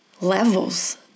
levels